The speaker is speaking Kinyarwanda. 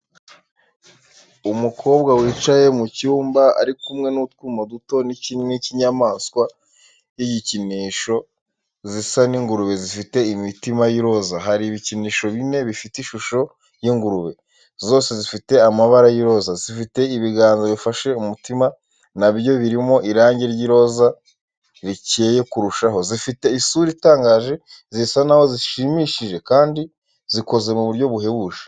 Umukobwa wicaye mu cyumba ari kumwe na utwuma duto n’ikinini cy’inyamaswa y’igikinisho zisa n’ingurube zifite imitima y’iroza. Hari ibikinisho bine bifite ishusho y’ingurube. Zose zifite amabara y’iroza, zifite ibiganza bifashe umutima na byo birimo irangi ry’iroza rikeye kurushaho. Zifite isura itangaje, zisa n'aho zishimishije kandi zikoze mu buryo buhebuje.